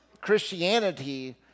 Christianity